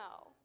No